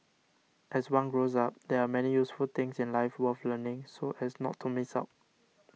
as one grows up there are many useful things in life worth learning so as not to miss out